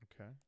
Okay